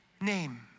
name